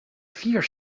vier